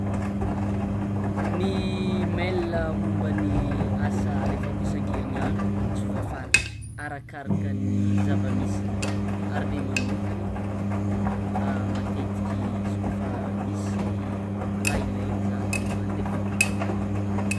Ny mail momban'ny asa alefako isankerigniandro tsy voafaritra arakaraka ny zavamisy ary le magnokana matetiky izy kôfa misy raha ilaigny zah de mandefa.